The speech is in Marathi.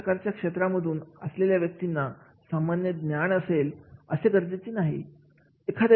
भिन्न प्रकारच्या क्षेत्रांमधून आलेल्या व्यक्तींना समान्य ज्ञान असेल असे गरजेचे नाही